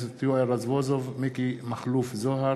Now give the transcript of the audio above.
יואל רזבוזוב, מכלוף מיקי זוהר,